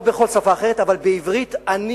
או בכל שפה אחרת, אבל בעברית אני